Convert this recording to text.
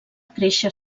créixer